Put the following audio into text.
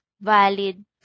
valid